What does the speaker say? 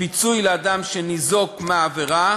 פיצוי לאדם שניזוק מהעבירה